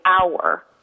hour